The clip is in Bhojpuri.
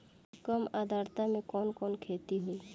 कम आद्रता में कवन कवन खेती होई?